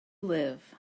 live